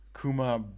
kuma